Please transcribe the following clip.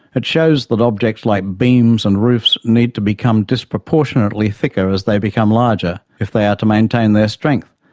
it shows that objects like beams and roofs need to become disproportionately thicker as they become larger if they are to maintain their strength.